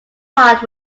heart